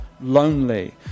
lonely